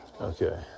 Okay